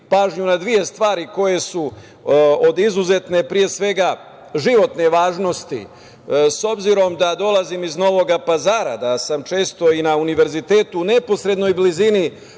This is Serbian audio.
pažnju na dve stvari koje su od izuzetne pre svega životne važnosti. S obzirom da dolazim iz Novog Pazara, da sam često i na univerzitetu, u neposrednoj blizini